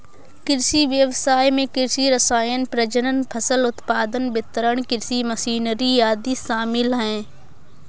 कृषि व्ययसाय में कृषि रसायन, प्रजनन, फसल उत्पादन, वितरण, कृषि मशीनरी आदि शामिल है